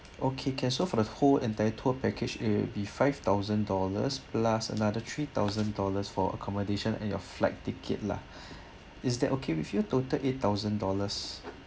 okay can so for the whole entire tour package there'll be five thousand dollars plus another three thousand dollars for accommodation and your flight ticket lah is that okay with your total eight thousand dollars